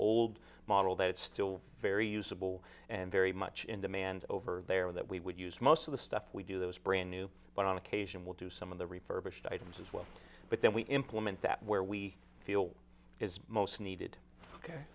old model that's still very usable and very much in demand over there that we would use most of the stuff we do those brand new but on occasion we'll do some of the refurbished items as well but then we implement that where we feel is most